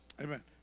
Amen